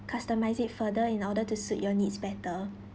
customise it further in order to suit your needs better